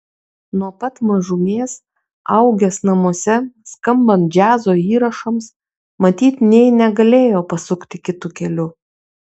nuo pat mažumės augęs namuose skambant džiazo įrašams matyt nė negalėjo pasukti kitu keliu